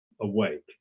awake